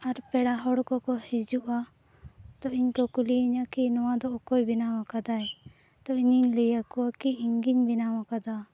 ᱟᱨ ᱯᱮᱲᱟ ᱦᱚᱲ ᱠᱚᱠᱚ ᱦᱤᱡᱩᱜᱼᱟ ᱛᱚ ᱤᱧ ᱠᱚ ᱠᱩᱞᱤᱭᱤᱧᱟᱹ ᱠᱤ ᱱᱚᱣᱟ ᱫᱚ ᱚᱠᱚᱭ ᱵᱮᱱᱟᱣ ᱟᱠᱟᱫᱟᱭ ᱛᱚ ᱤᱧᱤᱧ ᱞᱟᱹᱭᱟᱠᱚᱣᱟ ᱠᱤ ᱤᱧ ᱜᱤᱧ ᱵᱮᱱᱟᱣ ᱠᱟᱫᱟ